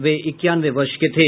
वे इक्यानवे वर्ष के थे